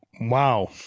Wow